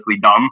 dumb